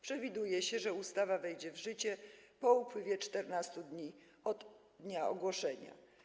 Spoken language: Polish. Przewiduje się, że ustawa wejdzie w życie po upływie 14 dni od dnia ogłoszenia.